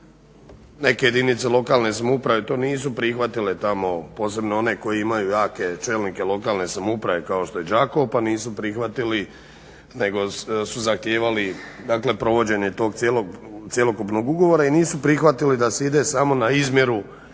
Neke jedinice lokalne samouprave to nisu prihvatile tamo, posebno one koje imaju jake čelnike lokalne samouprave kao što je Đakovo, pa nisu prihvatili nego su zahtijevali dakle provođenje tog cjelokupnog ugovora i nisu prihvatili da se ide samo na izmjeru